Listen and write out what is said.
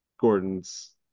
Gordon's